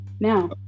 Now